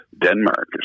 Denmark